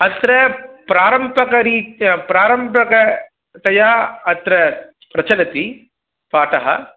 अत्र प्रारम्भिकरीस्य प्रारम्भिकतया अत्र प्रचलति पाठः